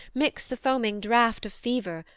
mix the foaming draught of fever,